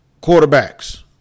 quarterbacks